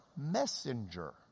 messenger